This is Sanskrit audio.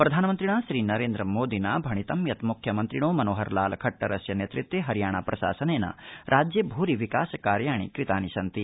प्रधानमन्त्रिणा श्रीनरद्विमेदिना भणितं यत् मुख्यमन्त्रिणो मनोहालाल खट्टास्य नकूंब्विद्विरियाणा प्रशासन्दी राज्य भ्रेरि विकास कार्याणि कृतानि सन्ति